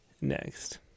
next